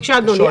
בבקשה, אדוני.